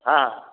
ହଁ